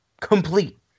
Complete